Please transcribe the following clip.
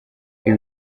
ibi